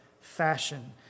fashion